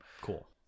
Cool